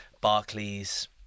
Barclays